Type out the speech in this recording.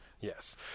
yes